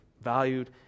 valued